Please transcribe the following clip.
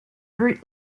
route